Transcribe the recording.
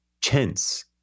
chance